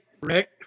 Rick